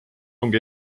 ongi